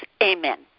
Amen